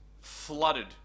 flooded